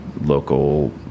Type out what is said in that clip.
local